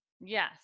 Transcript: Yes